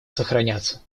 сохраняться